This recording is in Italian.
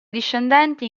discendenti